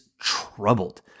troubled